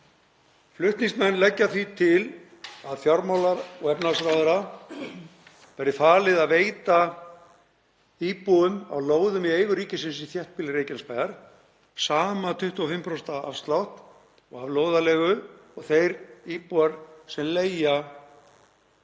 Flutningsmenn leggja því til að fjármála- og efnahagsráðherra verði falið að veita íbúum á lóðum í eigu ríkisins í þéttbýli Reykjanesbæjar sama 25% afslátt af lóðarleigu og þeir íbúar sem leigja